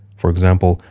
for example,